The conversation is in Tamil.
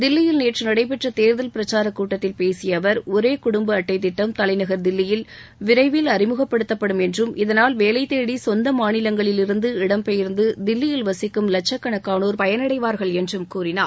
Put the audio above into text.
தில்லியில் நேற்று நடைபெற்ற தேர்தல் பிரச்சாரக் கூட்டத்தில் பேசிய அவர் ஒரே குடும்ப அட்டை திட்டம் தலைநகர் தில்லியில் விரைவில் அறிமுகப்படுத்தப்படும் என்றும் இதனால் வேலை தேடி சொந்த மாநிலங்களிலிருந்து இடம்பெயர்ந்த தில்லியில் வசிக்கும் லட்சக்கணக்கானோர் பலனடைவார்கள் என்றும் கூறினார்